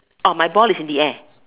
oh my ball is in the air